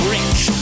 Rich